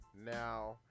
now